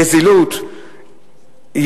נזילות,